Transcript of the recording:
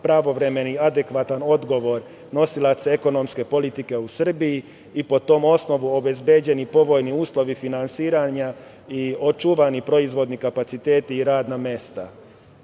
pravovremen i adekvatan odgovor nosilaca ekonomske politike u Srbiji i po tom osnovu obezbeđeni povoljni uslovi finansiranja i očuvani proizvodni kapaciteti i radna mesta. Pored